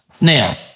Now